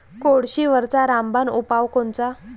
कोळशीवरचा रामबान उपाव कोनचा?